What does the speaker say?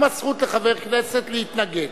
ולכן קמה זכות לחבר כנסת להתנגד.